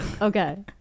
Okay